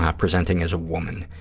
ah presenting as a woman.